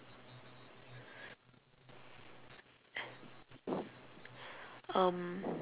um